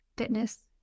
fitness